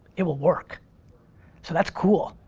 it will work. so that's cool.